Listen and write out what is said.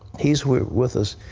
he's with with us.